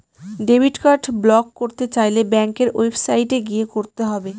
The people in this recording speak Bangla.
ডেবিট কার্ড ব্লক করতে চাইলে ব্যাঙ্কের ওয়েবসাইটে গিয়ে করতে হবে